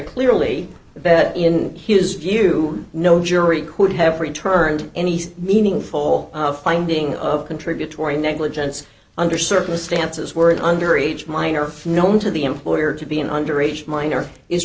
clearly that in his view no jury would have returned any meaningful finding of contributory negligence under circumstances where it under each minor known to the employer to be an underage minor is